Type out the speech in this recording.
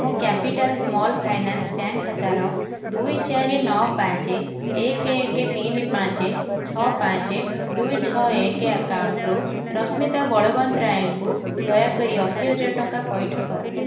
ମୋ capital small finance bank ଖାତାର ଦୁଇ ଚାରି ନଅ ପାଞ୍ଚ ଏକ ଏକ ତିନି ପାଞ୍ଚ ଛଅ ପାଞ୍ଚ ଦୁଇ ଛଅ ଏକ ଆକାଉଣ୍ଟ୍ରୁ ରଶ୍ମିତା ବଳବନ୍ତରାୟଙ୍କୁ ଦୟା କରି ଅଶୀ ହଜାର ଟଙ୍କା ପଇଠ କର